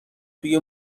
توی